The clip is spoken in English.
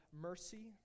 mercy